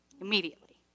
Immediately